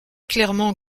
clairement